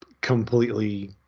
completely